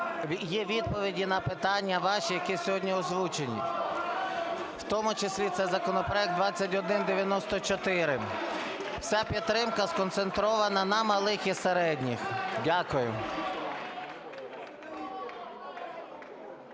є відповіді на питання ваші, які сьогодні озвучені, в тому числі це законопроект 2194. Вся підтримка сконцентрована на малих і середніх. Дякую.